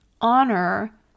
honor